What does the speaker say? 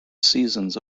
seasons